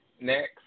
Next